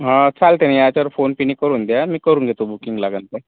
हां चालतं आहे मी याच्यावर फोनपेने करून द्याल मी करून देतो बुकिंग लागेल ते